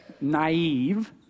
Naive